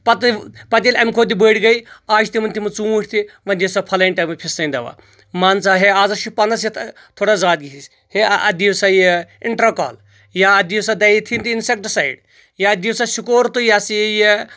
پتہٕ پتہٕ ییٚلہِ امہِ کھۄتہِ تہِ بٔڑۍ گے آز چھ تِمن تِم ژونٛٹھۍ تہِ وۄنۍ دِیو سا فلٲنۍ ٹایمہٕ فستٲنۍ دوا مان ژٕ ہے آز حظ چھُ پنس یتھ تھوڑا زادگی ہِش ہے اتھ دِیو سا یہِ انٹرا کال یا اتھ دِیو سا دیتھیٖن تہٕ انسیٚکٹہِ سایڈ یا اتھ دِیو سا سِکور تہٕ یہ ہسا یہ